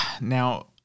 Now